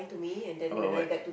about what